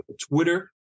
Twitter